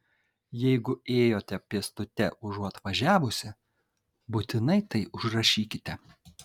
jeigu ėjote pėstute užuot važiavusi būtinai tai užrašykite